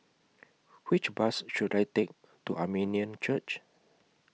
Which Bus should I Take to Armenian Church